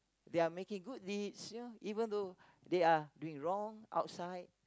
they're making good deeds you know even though they are doing wrong outside